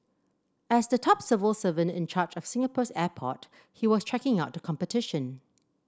as the top civil servant in charge of Singapore's airport he was checking out the competition